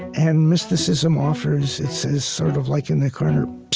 and mysticism offers it says, sort of like in the corner,